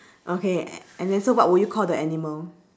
okay and and then so what would you call the animal